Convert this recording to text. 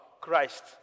Christ